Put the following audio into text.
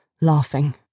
laughing